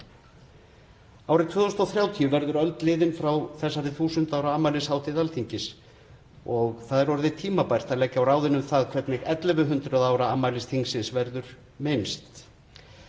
Árið 2030 verður öld liðin frá 1000 ára afmælishátíð Alþingis og það er orðið tímabært að leggja á ráðin um það hvernig 1100 ára afmælis þingsins verður minnst.